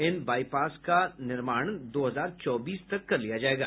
इन बाईपासों का निर्माण दो हजार चौबीस तक कर लिया जायेगा